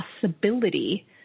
possibility